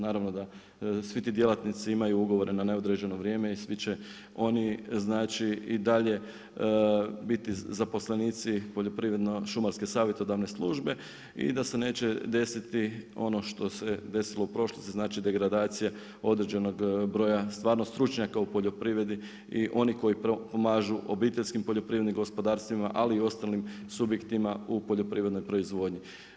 Naravno da svi ti djelatnici imaju ugovore na neodređeno vrijeme i svi će oni i dalje biti zaposlenici Poljoprivredno-šumarske savjetodavne službe i da se neće desiti ono što se desilo u prošlosti, znači degradacija određenog broja stvarno stručnjaka u poljoprivredi i oni koji pomažu obiteljskim poljoprivrednim gospodarstvima, ali i ostalim subjektima u poljoprivrednoj proizvodnji.